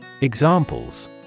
Examples